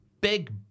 Big